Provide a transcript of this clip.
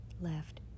left